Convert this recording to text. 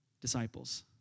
disciples